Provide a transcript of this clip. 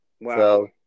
Wow